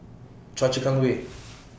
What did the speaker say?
Choa Chu Kang Way